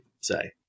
say